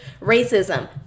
racism